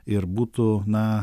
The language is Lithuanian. ir būtų na